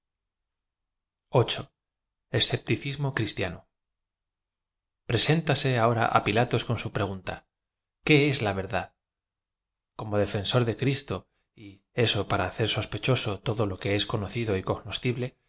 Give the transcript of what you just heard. escepticismo cristiano preséntase ahora á pilatos cod su pregunta qué es la verdad como defensor de cristo y o para hacer sospechoso todo lo que es conocido y